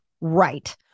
right